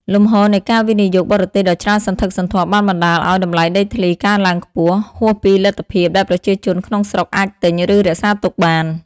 លំហូរនៃការវិនិយោគបរទេសដ៏ច្រើនសន្ធឹកសន្ធាប់បានបណ្ដាលឲ្យ តម្លៃដីធ្លីកើនឡើងខ្ពស់ ហួសពីលទ្ធភាពដែលប្រជាជនក្នុងស្រុកអាចទិញ ឬរក្សាទុកបាន។